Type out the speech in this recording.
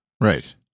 Right